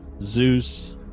Zeus